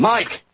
Mike